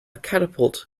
catapult